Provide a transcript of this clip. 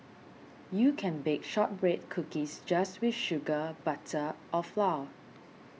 you can bake Shortbread Cookies just with sugar butter or flour